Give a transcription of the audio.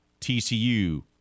TCU